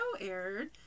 aired